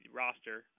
roster